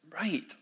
right